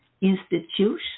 institution